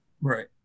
Right